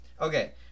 Okay